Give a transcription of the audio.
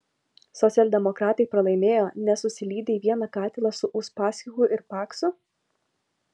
socialdemokratai pralaimėjo nes susilydė į vieną katilą su uspaskichu ir paksu